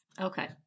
Okay